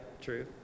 true